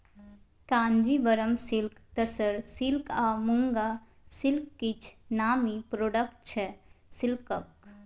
Kanjeevaram silk, tussar silk आ muga silk किछ नामी प्रोडक्ट छै सिल्कक